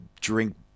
drink